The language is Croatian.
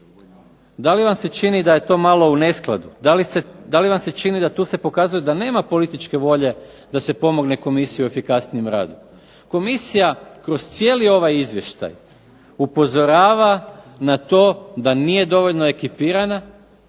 Da li vam se čini da je to malo u neskladu? Da li vam se čini da tu se pokazuje da nema političke volje da se pomogne komisiji u efikasnijem radu? Komisija kroz cijeli ovaj izvještaj upozorava na to da nije dovoljno ekipirana,